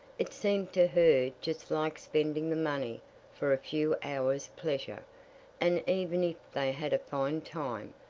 it seemed to her just like spending the money for a few hours' pleasure and even if they had a fine time,